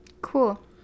Cool